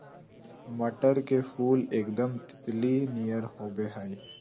मटर के फुल एकदम तितली नियर होबा हइ